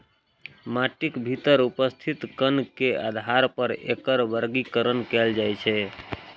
माटिक भीतर उपस्थित कण के आधार पर एकर वर्गीकरण कैल जाइ छै